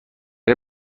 این